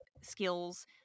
skills